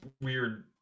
weird